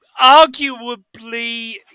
arguably